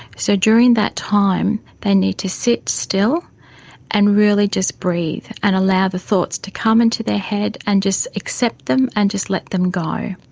so during that time they need to sit still and really just breathe and allow the thoughts to come into their head and just accept them and just let them go.